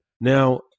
Now